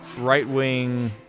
right-wing